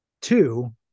two